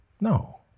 no